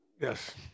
yes